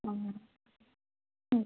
অঁ ওঁ